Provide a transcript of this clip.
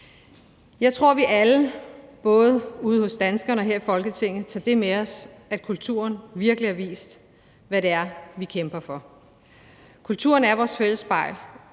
Jeg tror, vi alle, både ude hos danskerne og her i Folketinget, tager det med os, at kulturen virkelig har vist, hvad det er, vi kæmper for. Kulturen er vores fælles spejl.